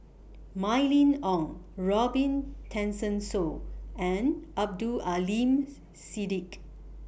Mylene Ong Robin Tessensohn and Abdul Aleem Siddique